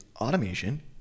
automation